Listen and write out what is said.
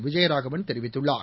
விஜயராகவன் தெரிவித்துள்ளார்